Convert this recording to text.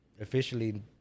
officially